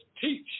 teach